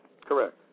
correct